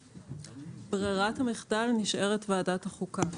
ברירת המחדל נשארת ועדת החוקה.